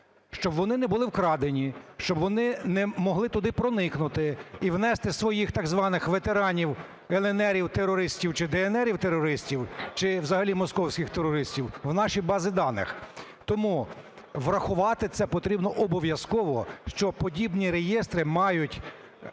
щоб вони не були вкрадені, щоб вони не могли туди проникнути, і внести своїх так званих ветеранів "ЛНР" терористів, чи "ДНР" терористів, чи взагалі московських терористів в наші бази даних. Тому врахувати це потрібно обов'язково, що подібні реєстри мають